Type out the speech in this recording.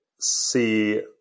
see